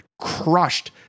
crushed